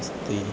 अस्ति